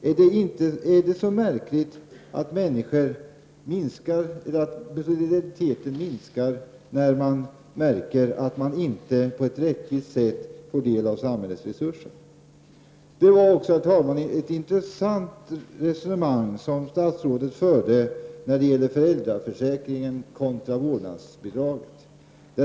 Är det så märkligt att solidariteten minskar när man märker att man inte på ett rättvist sätt får del av samhällets resurser? Det var, herr talman, ett intressant resonemang som statsrådet förde när det gäller föräldraförsäkringen kontra vårdnadsbidrag.